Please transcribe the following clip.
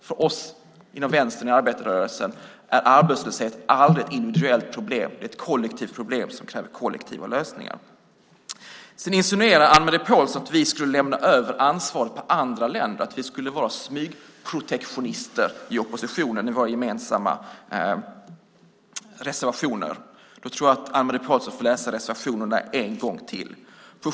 För oss inom vänstern och arbetarrörelsen är arbetslöshet aldrig ett individuellt problem utan ett kollektivt problem som kräver kollektiva lösningar. Anne-Marie Pålsson insinuerar att vi i oppositionen i våra gemensamma reservationer lägger över ansvaret på andra länder, att vi är smygprotektionister. Jag tror att Anne-Marie Pålsson får läsa reservationerna en gång till.